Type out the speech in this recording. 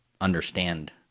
understand